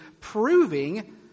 proving